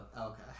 Okay